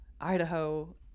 Idaho